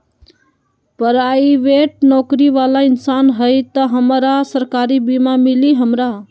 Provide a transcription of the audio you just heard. Private नौकरी बाला इंसान हई त हमरा सरकारी बीमा मिली हमरा?